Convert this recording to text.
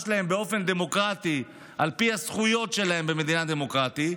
שלהם באופן דמוקרטי על פי הזכויות שלהם במדינה דמוקרטית,